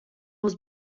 was